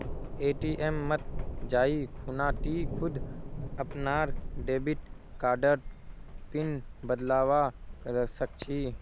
ATM मत जाइ खूना टी खुद अपनार डेबिट कार्डर पिन बदलवा सख छि